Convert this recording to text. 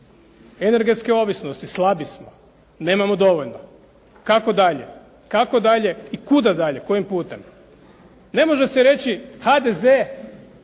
energetske ovisnosti. Slabi smo, nemamo dovoljno. Kako dalje? Kako dalje i kuda dalje, kojim putem? Ne može se reći, HDZ